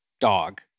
dog